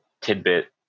tidbit